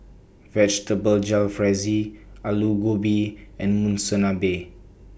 Vegetable Jalfrezi Alu Gobi and Monsunabe